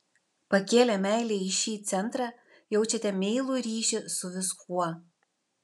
pakėlę meilę į šį centrą jaučiate meilų ryšį su viskuo